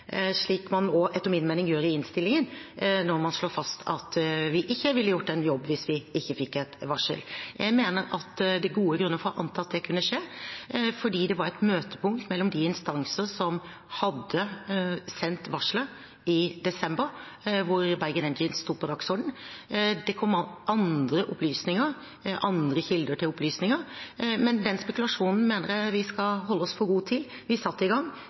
slik man også etter min mening gjør i innstillingen når man slår fast at vi ikke ville gjort en jobb hvis vi ikke fikk et varsel. Jeg mener det er gode grunner for å anta at det kunne skje, fordi det var et møtepunkt mellom de instanser som hadde sendt varsler i desember, hvor Bergen Engines sto på dagsordenen. Det kom andre opplysninger, andre kilder til opplysninger, men den spekulasjonen mener jeg vi skal holde oss for gode til. Vi satte det i gang,